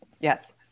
yes